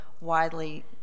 widely